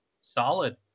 solid